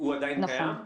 הוא עדיין קיים?